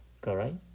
correct